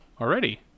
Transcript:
already